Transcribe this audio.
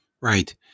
right